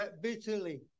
bitterly